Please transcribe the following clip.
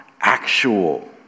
actual